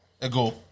ago